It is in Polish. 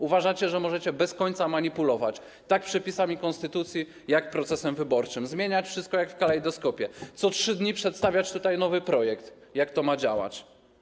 Uważacie, że możecie bez końca manipulować zarówno przepisami konstytucji, jak i procesem wyborczym, zmieniać wszystko jak w kalejdoskopie, co 3 dni przedstawiać nowy projekt, jak to ma działać.